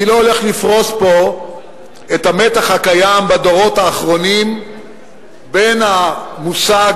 אני לא הולך לפרוס פה את המתח הקיים בדורות האחרונים בין המושג